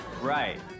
Right